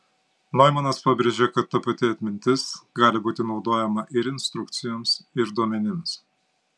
noimanas pabrėžė kad ta pati atmintis gali būti naudojama ir instrukcijoms ir duomenims